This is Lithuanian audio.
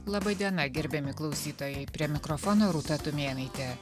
laba diena gerbiami klausytojai prie mikrofono rūta tumėnaitė